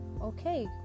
okay